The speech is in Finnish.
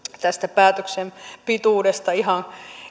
tästä päätöksen pituudesta ihan